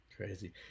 Crazy